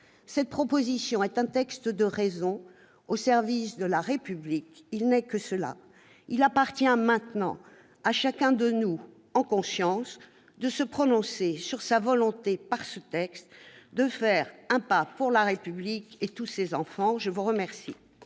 Cette proposition est un texte de raison, au service de la République. Il n'est que cela ! Il appartient maintenant à chacun de nous, en conscience, de se prononcer sur sa volonté, par cette proposition de loi, de faire un pas pour la République et pour tous ses enfants. La parole